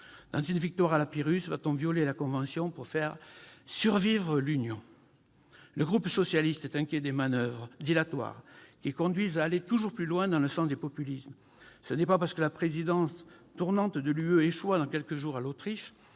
Dans une victoire à la Pyrrhus, va-t-on violer la Convention pour faire survivre l'Union ? Le groupe socialiste et républicain s'inquiète des manoeuvres dilatoires qui conduisent à aller toujours plus loin dans le sens des populismes. Ce n'est pas parce que la présidence tournante de l'UE échoit dans quelques jours à l'Autriche